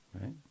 Right